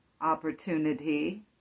opportunity